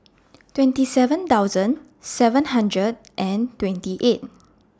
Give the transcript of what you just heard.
twenty seven thousand seven hundred and twenty eight